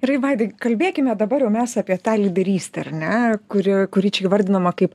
ir vaida kalbėkime dabar jau mes apie tą lyderystę ar ne kuri kuri čia įvardinama kaip